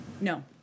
No